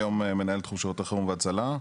היום מנהל תחום שירותי חירום והחלה.